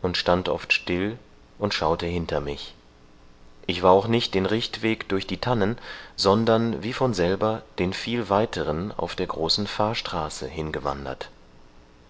und stand oft still und schaute hinter mich ich war auch nicht den richtweg durch die tannen sondern wie von selber den viel weiteren auf der großen fahrstraße hingewandert